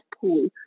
pool